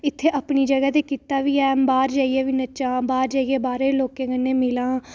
इत्थें अपनी जगह कीता बी ऐ ते बाहर जाइयै नच्चां बाहर जाइयै बाह्रै दे लोकें कन्नै मिलां